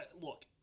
look